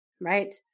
right